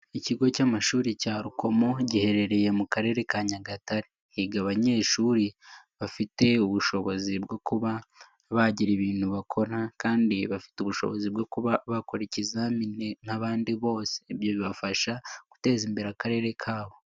Ikigo cy'amashuri cya Rukomo giherereye mu karere ka Nyagatare, higa abanyeshuri bafite ubushobozi bwo kuba bagira ibintu bakora kandi bafite ubushobozi bwo bakora ikizamini nk'abandi bose, ibyo bibafasha guteza imbere Akarere kabo.